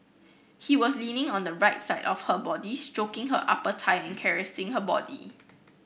he was leaning on the right side of her body stroking her upper thigh and caressing her body